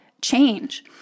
change